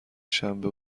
شنبه